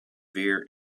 severe